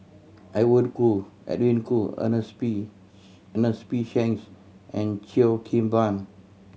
Edwin Koo Ernest P Ernest P Shanks and Cheo Kim Ban